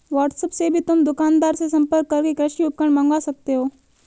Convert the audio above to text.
WhatsApp से भी तुम दुकानदार से संपर्क करके कृषि उपकरण मँगवा सकते हो